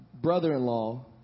brother-in-law